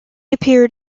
appeared